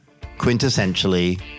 quintessentially